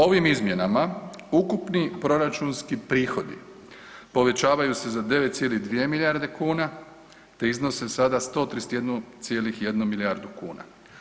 Ovim izmjenama ukupni proračunski prihodi povećaju se za 9,2 milijarde kuna te iznose sada 131,1 milijardu kuna.